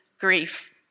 grief